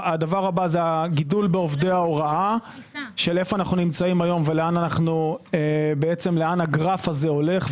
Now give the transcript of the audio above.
זה הגידול בעובדי הוראה של איפה אנו נמצאים היום ולאן הגרף הזה הולך.